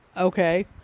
Okay